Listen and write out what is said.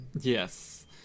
Yes